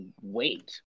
wait